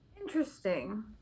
Interesting